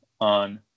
on